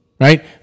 right